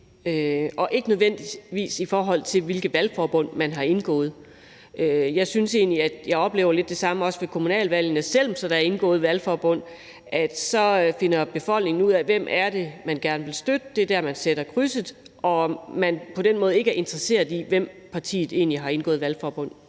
og ikke nødvendigvis ud fra, hvilke valgforbund man har indgået. Jeg synes egentlig, at jeg oplever lidt det samme ved kommunalvalgene, altså at selv om der er indgået valgforbund, finder befolkningen ud af, hvem det er, de gerne vil støtte, og så er det der, de sætter krydset, så de er på den måde ikke er interesseret i, hvem partiet har indgået valgforbund